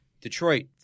Detroit